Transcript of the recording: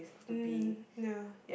mm ya